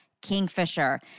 Kingfisher